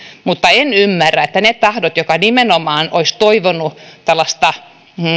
mutta en ymmärrä että ne tahot jotka nimenomaan olisivat toivoneet tällaista